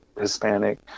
Hispanic